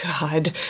God